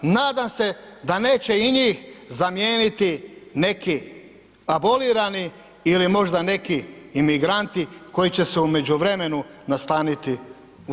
Nadam se da neće i njih zamijeniti neki abolirani ili možda neki imigranti koji će se u međuvremenu nastaniti u ... Hrvatskoj.